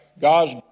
God's